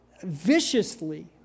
viciously